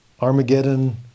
Armageddon